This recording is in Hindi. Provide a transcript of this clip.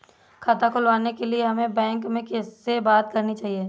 खाता खुलवाने के लिए हमें बैंक में किससे बात करनी चाहिए?